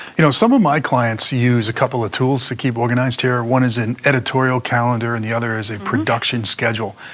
you know some of my clients use a couple of tools to keep organized here. one is an editorial calendar, and the other is a production schedule.